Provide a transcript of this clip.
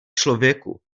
člověku